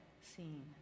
seen